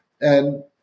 And-